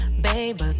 Babe